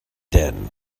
din